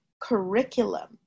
curriculum